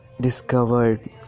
discovered